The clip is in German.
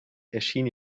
erschien